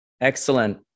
Excellent